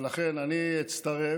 ולכן אני אצטרף.